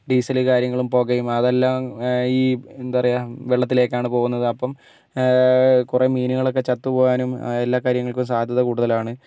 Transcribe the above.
diesel കാര്യങ്ങളും പുകയും അതെല്ലാം ഈ എന്താണ് പറയുക വെള്ളത്തിലേക്കാണ് പോകുന്നത് അപ്പം കുറേ മീനുകളൊക്കെ ചത്തുപോവാനും എല്ലാ കാര്യങ്ങൾക്കും സാധ്യത കൂടുതലാണ്